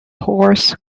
horse